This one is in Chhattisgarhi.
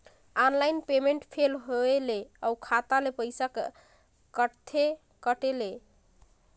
ऑनलाइन पेमेंट फेल होय ले अउ खाता ले पईसा सकथे कटे ले कइसे करथव?